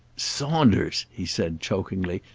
saunders! he said chokingly,